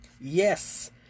Yes